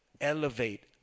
Elevate